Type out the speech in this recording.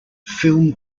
film